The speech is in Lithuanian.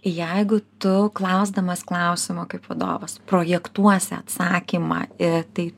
jeigu tu klausdamas klausimo kaip vadovas projektuosi atsakymą į tai